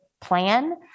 plan